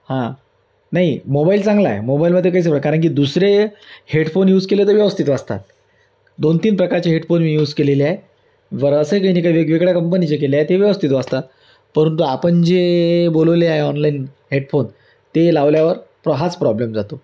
हां नाही मोबाईल चांगला आहे मोबाईलमध्ये काहीच कारण की दुसरे हेडफोन यूज केले तर व्यवस्थित वाजतात दोन तीन प्रकारचे हेडफोन मी यूज केलेले आहे बरं असं काही नाही का वेगवेगळ्या कंपनीचे केले आहे ते व्यवस्थित वाजतात परंतु आपण जे बोलवले आहे ऑनलाईन हेडफोन ते लावल्यावर प्र हाच प्रॉब्लेम जातो